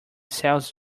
sells